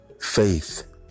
Faith